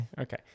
okay